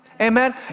Amen